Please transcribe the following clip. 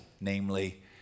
namely